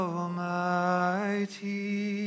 Almighty